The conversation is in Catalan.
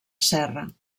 serra